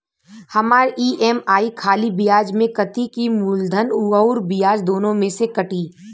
हमार ई.एम.आई खाली ब्याज में कती की मूलधन अउर ब्याज दोनों में से कटी?